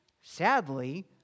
Sadly